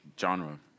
genre